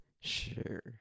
sure